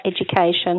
education